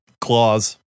claws